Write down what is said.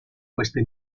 queste